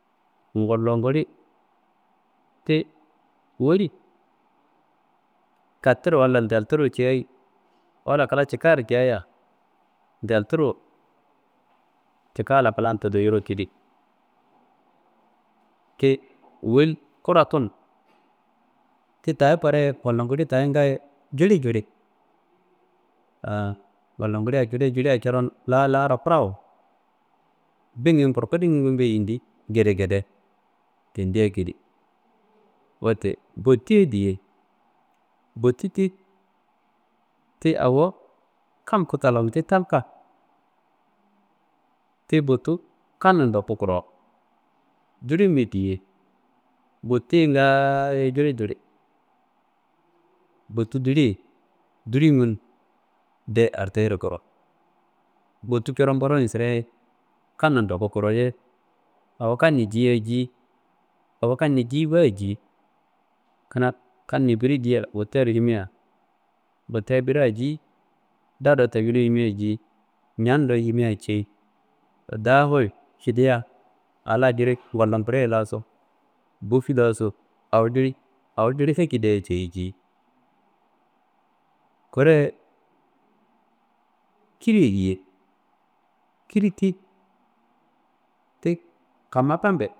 Ngologuli woli gatiro walla ndelturu cayiyi, walla kla cikayero jayiya ndelturu cikala klan totoyiru tidi woli, kura tunu. Ti taye ti taye koreye Ngollongulitaye ti ta jilijili. Ngolonguli jili jiliyea coron lalaro kurawo, bingu n, kurkudingu n yindi gedegede ekedi. Wette botiye diye ti ti awo kam futalan ti talka. Botu kam ndoku koro dilinye diye, ti gaayo jilijili. Botu diliye, dilingun nde hartayikoro, botu coro ngoroye sidaye kam ndoku koroye, awo kammiyi jiya ye ji, kammiyi ji ba- ye. Kammiyi biri jiya botaro yimmiyaye birea ji, da do tamiyido jimia ye ji, ñamdo do yimia ye cayi, danguyi ciliya a la ngolonguliye laso, bofi laso, awo gili awo gili ekediya ceyi jeyi. Kureye kiri ye diye ti kamma kambe diye.